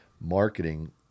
marketing